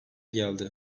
geldi